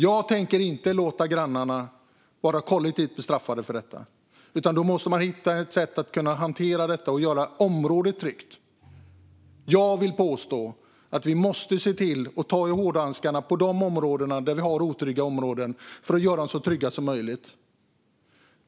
Jag tänker inte låta grannar bli kollektivt bestraffade på grund av detta, utan vi måste hitta ett sätt att hantera detta och göra området tryggt. Vi måste ta i med hårdhandskarna i otrygga områden för att göra dem så trygga som möjligt.